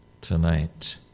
tonight